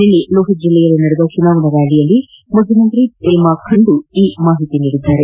ನಿನ್ನೆ ಲೋಹಿತ್ ಜಿಲ್ಲೆಯಲ್ಲಿ ನಡೆದ ಚುನಾವಣಾ ರ್ನಾಲಿಯಲ್ಲಿ ಮುಖ್ಯಮಂತ್ರಿ ಪೇಮಾ ಖಂಡು ಅವರು ಈ ಮಾಹಿತಿ ನೀಡಿದರು